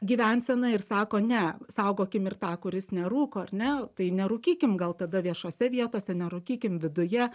gyvensena ir sako ne saugokim ir tą kuris nerūko ar ne tai nerūkykim gal tada viešose vietose nerūkykim viduje